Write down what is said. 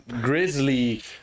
Grizzly